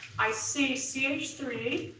i see c h three.